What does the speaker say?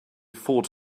fought